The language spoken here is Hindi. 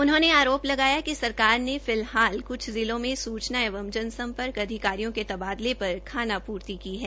उन्होंने आरोप लगया कि सरकार ने फिल्हाल अभी कुछ जिलों मे सूचना एक जनसम्पर्क अधिकारियों के तबादले कर खानापूर्ति की है